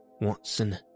Watson